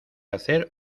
hacer